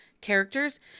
characters